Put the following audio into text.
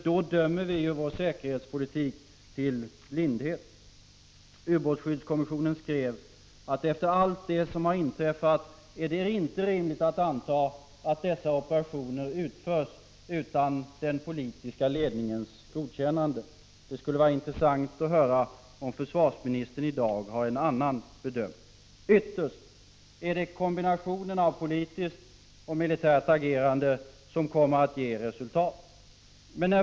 Då dömer vi ju vår säkerhetspolitik till blindhet. Ubåtsskyddskommissionen skrev, att efter allt det som har inträffat är det inte rimligt att anta att dessa operationer utförs utan den politiska ledningens godkännande. Det skulle vara intressant att höra om försvarsministern i dag har en annan bedömning. Ytterst är det kombinationen av politiskt och militärt agerande som kommer att ge resultat.